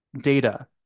data